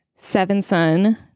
Sevenson